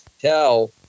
tell